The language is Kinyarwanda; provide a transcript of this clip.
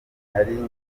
nari